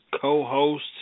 co-host